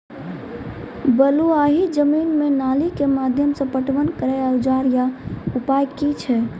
बलूआही जमीन मे नाली के माध्यम से पटवन करै औजार या उपाय की छै?